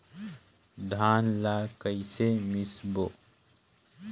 धान ला कइसे मिसबो?